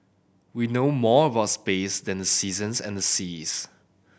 we know more about space than the seasons and the seas